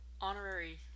honorary